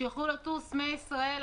שיוכל לטוס מישראל,